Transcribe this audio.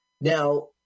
Now